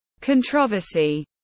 Controversy